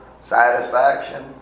satisfaction